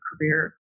career